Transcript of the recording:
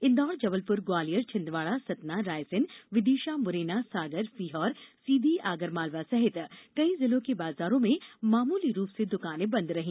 इंदौर जबलपुर ग्वालियर छिंदवाड़ा सतना रायसेन विदिशा मुरैना सागर सीहोर सीधी आगरमालवा सहित कई जिलों के बाजारों में मामूली रूप से दुकाने बंद रहीं